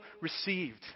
received